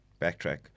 backtrack